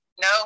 No